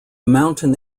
mountain